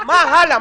מה הלאה?